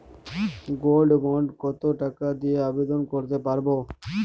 Gold bond কত টাকা দিয়ে আবেদন করতে পারবো?